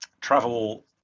travel